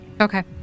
Okay